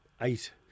eight